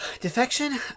Defection